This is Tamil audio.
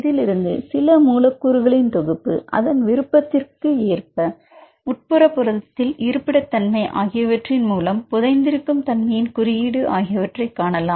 இதிலிருந்து சில மூலக்கூறுகளின் தொகுப்பு அதன் விருப்பிற்கு ஏற்ப உட்புற புரதத்தில் இருப்பிட தன்மை ஆகியவற்றின் மூலம் புதைந்திருக்கும் தன்மையின் குறியீடு ஆகிய வற்றை காணலாம்